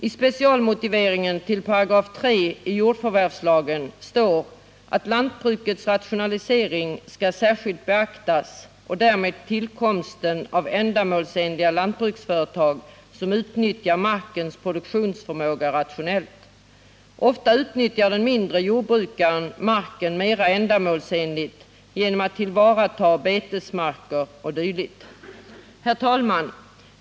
I specialmotiveringen till 3§ i jordförvärvslagen står att lantbrukets rationalisering skall särskilt beaktas och därmed tillkomsten av ändamålsenliga lantbruksföretag som utnyttjar markens produktionsförmåga rationellt. Ofta utnyttjar den mindre jordbrukaren marken mera ändamålsenligt genom att han tillvaratar betesmarker o. d. Herr talman!